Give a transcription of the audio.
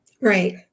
Right